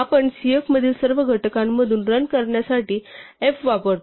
आपण cf मधील सर्व घटकांमधून रन करण्यासाठी f वापरतो